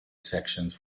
sections